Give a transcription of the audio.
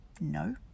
No